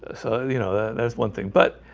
so, you know, there's one thing but